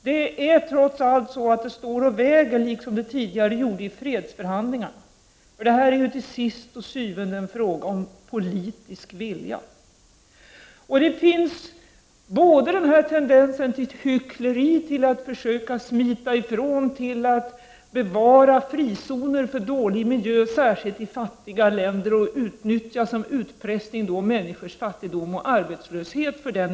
Det står trots allt och väger, liksom det tidigare gjorde i fredsförhandlingarna. Detta är till syvende og sidst en fråga om politisk vilja. Det finns en tendens till hyckleri, till att försöka smita ifrån, till att bevara frizoner för dålig miljö, särskilt i fattiga länder, och som utpressning utnyttja människors fattigdom och arbetslöshet.